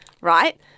right